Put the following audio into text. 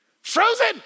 Frozen